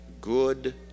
good